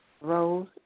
rose